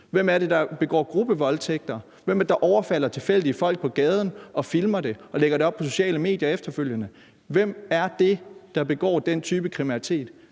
Hvem er det, der begår gruppevoldtægter? Hvem er det, der overfalder tilfældige folk på gaden og filmer det og lægger det op på sociale medier efterfølgende? Hvem er det, der begår den type kriminalitet?